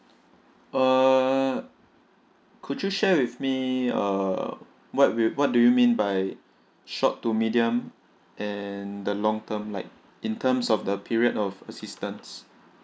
err could you share with me uh what we what do you mean by short to medium and the long term like in terms of the period of assistants